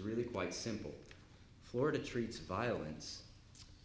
really quite simple florida treats violence